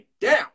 down